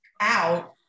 out